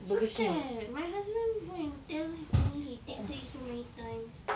so sad my husband go and tell me he tasted it so many times